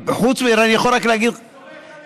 חוץ מזה, אני יכול רק להגיד, אני סומך עליך.